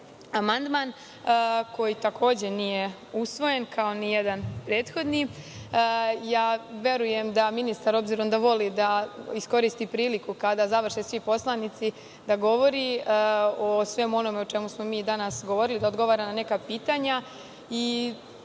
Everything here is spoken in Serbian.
koji takođe nije usvojen, kao nijedan prethodni, verujem da ministar, obzirom da voli da iskoristi priliku kada završe svi poslanici da govori o svemu onome o čemu smo mi danas govorili, da odgovara na neka pitanja